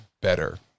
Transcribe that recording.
better